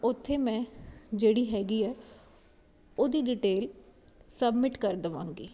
ਤੇ ਓਥੇ ਮੈਂ ਜਿਹੜੀ ਹੈਗੀ ਐ ਉਹਦੀ ਡਿਟੇਲ ਸਬਮਿਟ ਕਰ ਦਵਾਂਗੀ